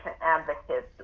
advocates